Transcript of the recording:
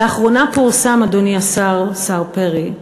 לאחרונה פורסם, אדוני השר פרי,